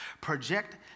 project